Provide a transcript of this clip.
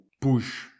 push